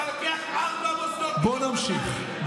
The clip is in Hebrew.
אתה לוקח ארבעה מוסדות מתוך 200. בואו נמשיך.